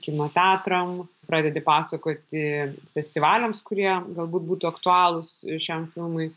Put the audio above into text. kino teatrams pradedi pasakoti festivaliams kurie galbūt būtų aktualūs šiam filmui